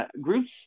Groups